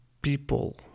people